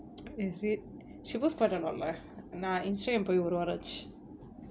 is it she post நா:naa instagram போய் ஒரு வாரம் ஆச்சு:poi oru vaaram aachu